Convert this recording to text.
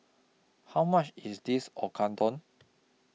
How much IS This Okodon